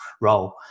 role